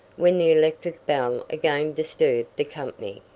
when the electric bell again disturbed the company.